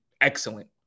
excellent